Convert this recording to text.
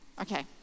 Okay